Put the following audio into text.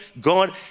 God